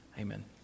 amen